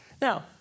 Now